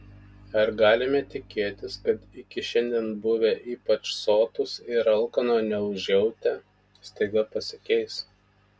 ar galime tikėtis kad iki šiandien buvę ypač sotūs ir alkano neužjautę staiga pasikeis